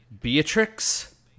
Beatrix